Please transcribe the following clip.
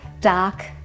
dark